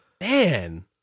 Man